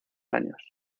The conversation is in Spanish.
años